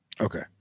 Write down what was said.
Okay